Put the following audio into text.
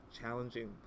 challenging